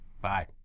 Bye